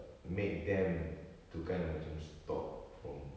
make them to kind of macam stop from